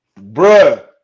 Bruh